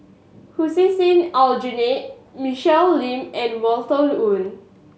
Hussein Aljunied Michelle Lim and Walter Woon